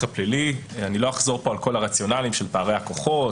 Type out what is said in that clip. הפלילי לא אחזור פה על כל הרציונליים של פערי הכוחות,